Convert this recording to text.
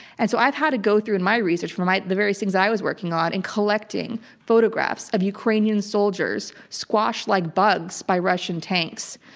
and so i've had to go through, in my research for my, the various things i was working on and collecting photographs of ukrainian soldiers squashed like bugs by russian tanks.